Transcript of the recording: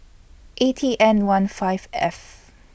A T N one five F